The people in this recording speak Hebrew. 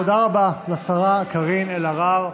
תודה רבה לשרה קארין אלהרר.